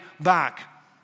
back